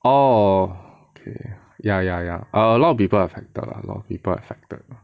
orh ya ya ya a lot of people affected lah a lot of people affected